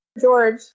George